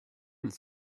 this